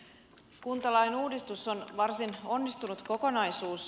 kuntalain uudistus on varsin onnistunut kokonaisuus